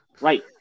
right